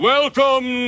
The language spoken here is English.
Welcome